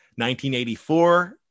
1984